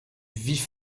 vif